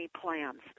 plans